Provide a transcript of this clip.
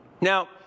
Now